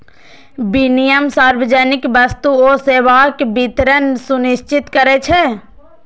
विनियम सार्वजनिक वस्तु आ सेवाक वितरण सुनिश्चित करै छै